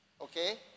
Okay